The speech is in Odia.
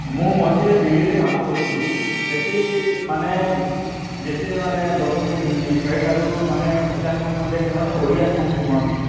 ମୁଁ ମଝିରେ ଦିଲ୍ଲୀରେ କାମକରୁଥିଲି ସେଠି ମାନେ ଯେତେମାନେ ଲୋକଙ୍କୁ ମିଳିଲି ଶହେଟାରୁ ମାନେ ପଚାଶଟା ଖଣ୍ଡେ ସେମାନେ ଓଡ଼ିଆ ସଙ୍ଗ୍ ଶୁଣନ୍ତି